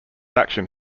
action